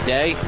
Day